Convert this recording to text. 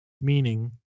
meaning